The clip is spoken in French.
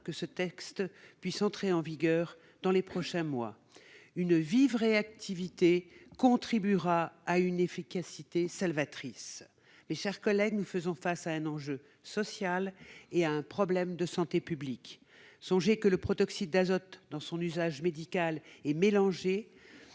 que le texte puisse entrer en vigueur dans les prochains mois. Une vive réactivité contribuera à une efficacité salvatrice. Mes chers collègues, nous faisons face à un enjeu social et à un problème de santé publique. Songez que le protoxyde d'azote, dans son usage médical, est mélangé